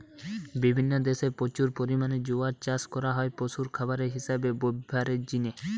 বিভিন্ন দেশে প্রচুর পরিমাণে জোয়ার চাষ করা হয় পশুর খাবার হিসাবে ব্যভারের জিনে